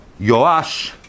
Yoash